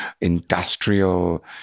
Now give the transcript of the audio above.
industrial